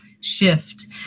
Shift